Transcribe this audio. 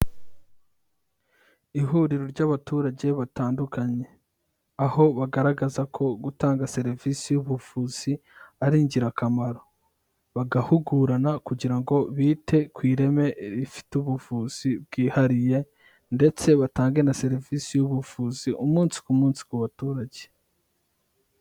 Ihuriro ry'abaturage batandukanye. Aho bagaragaza ko gutanga serivisi y'ubuvuzi ari ingirakamaro. Bagahugurana kugira ngo, bite ku ireme rifite ubuvuzi bwihariye, ndetse batange na serivisi z'ubuvuzi, umunsi ku munsi ku baturage.